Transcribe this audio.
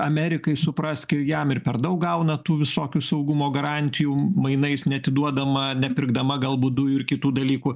amerikai suprask jam ir per daug gauna tų visokių saugumo garantijų mainais neatiduodama nepirkdama galbūt dujų ir kitų dalykų